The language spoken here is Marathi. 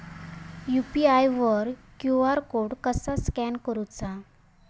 यू.पी.आय वर क्यू.आर कोड कसा स्कॅन करूचा?